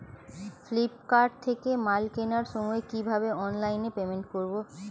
Flipkart থেকে মাল কেনার সময় কিভাবে অনলাইনে পেমেন্ট করব?